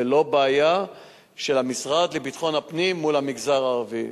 וזו לא בעיה של המשרד לביטחון פנים מול המגזר הערבי.